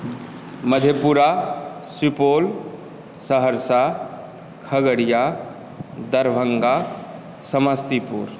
Madhepura Supaul Saharsa Khagaria Darbhanga Samastipur